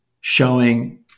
showing